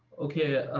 ok.